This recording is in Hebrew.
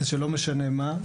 זה שלא משנה מה,